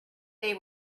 they